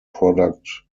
product